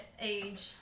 age